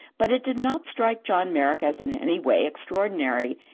but it did not strike john merrick as in any way extraordinary.